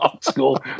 school